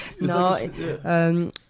No